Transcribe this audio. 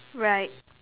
right